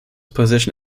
position